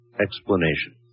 explanation